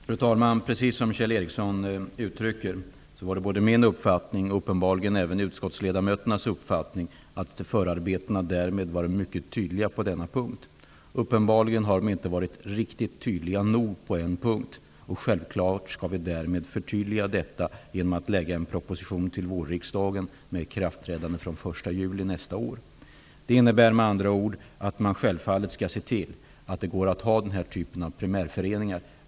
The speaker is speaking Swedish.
Fru talman! Precis som Kjell Ericsson säger var min och även utskottsledamöternas uppfattning att förarbetena var mycket tydliga. Men de har uppenbarligen inte varit tydliga nog på en punkt. Självklart skall vi förtydliga dem genom att framlägga en proposition till vårriksdagen med ikraftträdande den 1 juli nästa år. Det innebär med andra ord att man skall se till att det går att ha den här typen av primärföreningar.